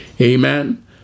Amen